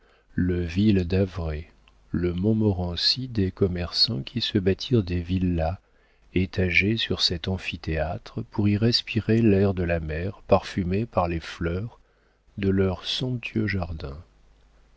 le ville-d'avray le montmorency des commerçants qui se bâtirent des villas étagées sur cet amphithéâtre pour y respirer l'air de la mer parfumé par les fleurs de leurs somptueux jardins